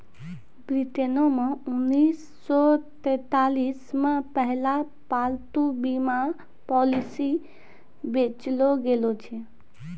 ब्रिटेनो मे उन्नीस सौ सैंतालिस मे पहिला पालतू बीमा पॉलिसी बेचलो गैलो छलै